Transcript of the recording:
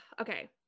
okay